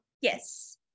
Yes